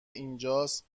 اینجاس